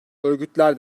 örgütler